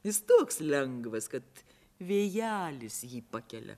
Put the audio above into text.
jis toks lengvas kad vėjelis jį pakelia